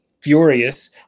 furious